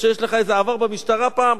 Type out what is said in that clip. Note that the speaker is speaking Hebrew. שיש לך איזה עבר במשטרה פעם?